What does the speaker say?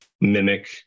mimic